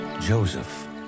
Joseph